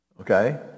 Okay